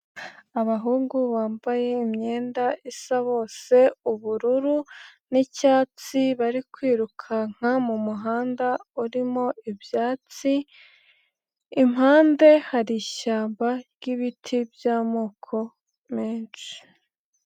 Abahungu bambaye imyenda isa bose ubururu n'icyatsi, bari kwirukanka mu muhanda urimo ibyatsi, impande hari ishyamba ryibiti by'amoko menshi.